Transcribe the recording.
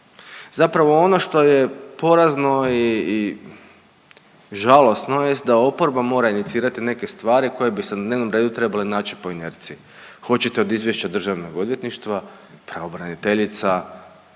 zapravo ono što je porazno i žalosno jest da oporba mora inicirati neke stvari koje bi se na dnevnom redu trebale naći po inerciji. Hoćete od izvješća Državnog odvjetništva, pravobraniteljica